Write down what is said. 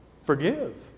Forgive